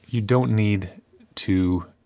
you don't need to